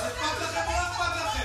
אם הם היו ממשיכים את התוכנית של סגלוביץ',